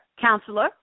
counselor